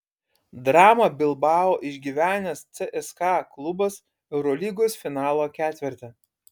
dramą bilbao išgyvenęs cska klubas eurolygos finalo ketverte